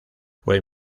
fue